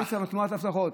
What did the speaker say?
לקואליציה ותמורת הבטחות.